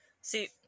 See